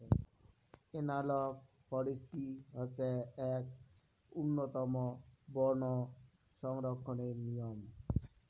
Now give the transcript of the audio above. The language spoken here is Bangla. এনালগ ফরেষ্ট্রী হসে আক উন্নতম বন সংরক্ষণের নিয়ম